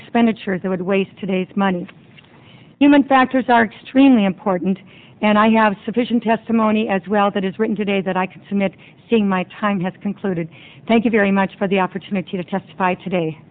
expenditures that would waste today's money and human factors are extremely important and i have sufficient testimony as well that is written today that i can submit seeing my time has concluded thank you very much for the opportunity to testify today